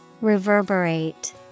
Reverberate